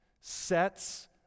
sets